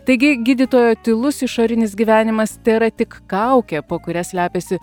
taigi gydytojo tylus išorinis gyvenimas tėra tik kaukė po kuria slepiasi